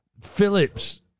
Phillips